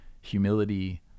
humility